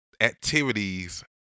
activities